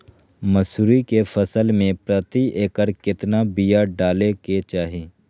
मसूरी के फसल में प्रति एकड़ केतना बिया डाले के चाही?